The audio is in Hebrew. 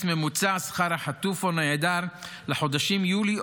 ממוצע שכר החטוף או הנעדר לחודשים יולי,